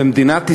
במדינת ישראל,